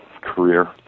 career